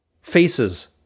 faces